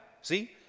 See